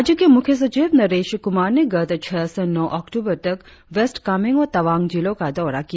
राज्य के मुख्य सचिव नरेश कुमार ने गत छह से नौ अक्टूबर तक वेस्ट कामेंग और तवांग जिलों का दौरा किया